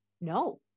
no